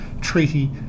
treaty